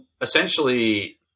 essentially